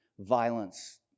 violence